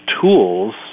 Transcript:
tools